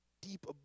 deep